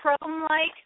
chrome-like